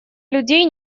людей